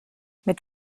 mit